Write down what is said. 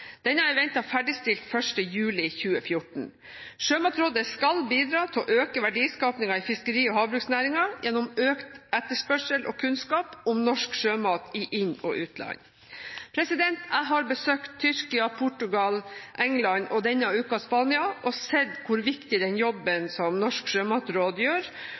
i 2005. Denne er ventet ferdigstilt 1. juli 2014. Sjømatrådet skal bidra til å øke verdiskapingen i fiskeri- og havbruksnæringen gjennom økt etterspørsel og kunnskap om norsk sjømat i inn- og utland. Jeg har besøkt Tyrkia, Portugal, England og denne uken Spania og sett hvor viktig den jobben som Sjømatrådet gjør,